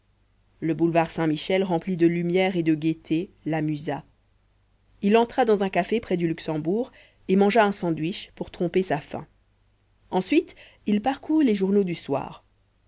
le boulevard saint-michel rempli de lumière et de gaieté l'amusa il entra dans un café près du luxembourg et mangea un sandwich pour tromper sa faim ensuite il parcourut les journaux du soir